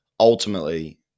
Ultimately